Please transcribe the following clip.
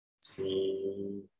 See